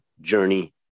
Journey